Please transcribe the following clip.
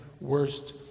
worst